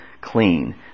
clean